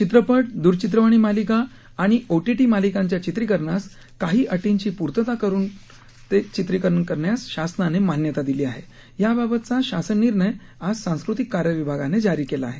चित्रपट द्रचित्रवाणी मालिका आणी ओटीटी मालिकांच्या चित्रीकरणास काही अटींची पूर्तता करून करण्यास शासनाने मान्यता दिली आहे याबाबतचा शासन निर्णय आज सांस्कृतिक कार्य विभागाने जारी केला आहे